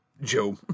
Joe